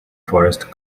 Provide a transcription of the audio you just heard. forrest